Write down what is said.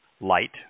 light